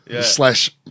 slash